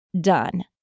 done